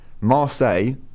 Marseille